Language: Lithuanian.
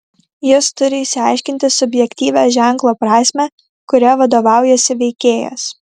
jis turi išsiaiškinti subjektyvią ženklo prasmę kuria vadovaujasi veikėjas